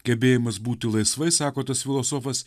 gebėjimas būti laisvai sako tas filosofas